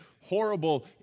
horrible